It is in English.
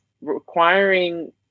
requiring